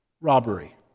robbery